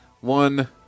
one